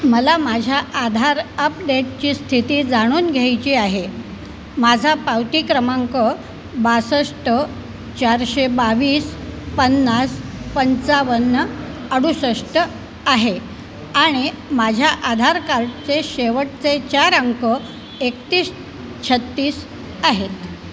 मला माझ्या आधार अपडेटची स्थिती जाणून घ्यायची आहे माझा पावती क्रमांक बासष्ट चारशे बावीस पन्नास पंचावन्न अडुसष्ट आहे आणि माझ्या आधार कार्डचे शेवटचे चार अंक एकतीस छत्तीस आहेत